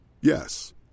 Yes